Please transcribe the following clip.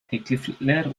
teklifler